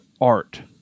art